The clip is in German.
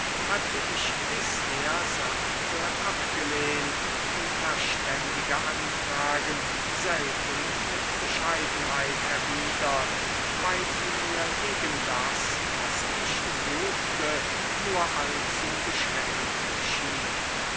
hatte ich bisher sachte abgelehnt und verständige anfragen selten mit bescheidenheit erwidert weil sie mir gegen das was ich suchte nur allzu beschränkt schienen